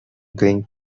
going